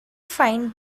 find